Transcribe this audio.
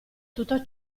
tutto